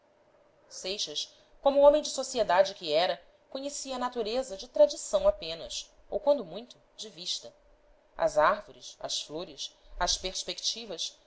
seixas como homem de sociedade que era conhecia a natureza de tradição apenas ou quando muito de vista as árvores as flores as perspectivas